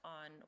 on